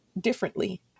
differently